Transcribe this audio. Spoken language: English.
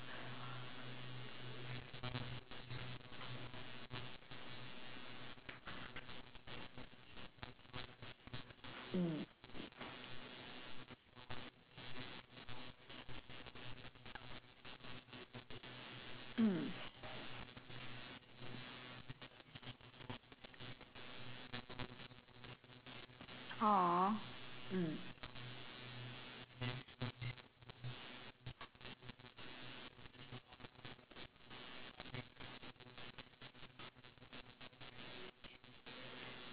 mm mm !aww! mm